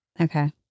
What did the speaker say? Okay